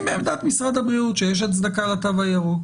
בעמדת משרד הבריאות שיש הצדקה לתו הירוק,